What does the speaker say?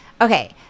okay